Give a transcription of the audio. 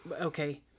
okay